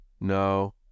No